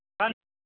पण